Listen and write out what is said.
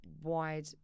wide